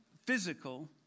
Physical